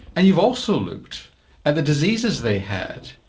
and you've also looked at the diseases they had,